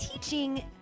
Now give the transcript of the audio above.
teaching